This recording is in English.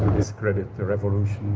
discredit the revolution